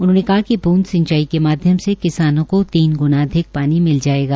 उन्होंने कहा कि बूंद सिंचाई के माध्यम से किसानों को तीन ग्णा अधिक पानी मिल जायेगा